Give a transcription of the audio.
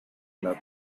club